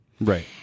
Right